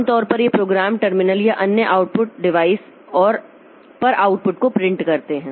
आमतौर पर ये प्रोग्राम टर्मिनल या अन्य आउटपुट डिवाइस पर आउटपुट को प्रिंट करते हैं